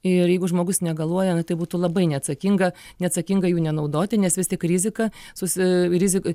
ir jeigu žmogus negaluoja tai būtų labai neatsakinga neatsakinga jų nenaudoti nes vis tik rizika susi rizika